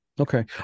Okay